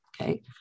Okay